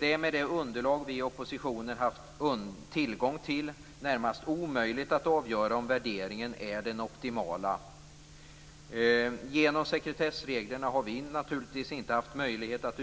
Det är, med det underlag vi i oppositionen har haft tillgång till, närmast omöjligt att avgöra om värderingen är den optimala. Genom sekretessreglerna har vi naturligtvis inte haft möjlighet att